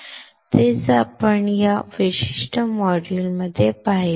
तेच आपण या विशिष्ट मॉड्यूलमध्ये पाहिले आहे